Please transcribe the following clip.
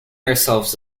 ourselves